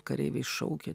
kareiviai šaukia